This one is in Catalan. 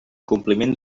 compliment